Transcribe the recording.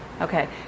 Okay